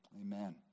Amen